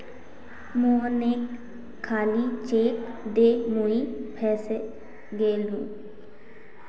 मोहनके खाली चेक दे मुई फसे गेनू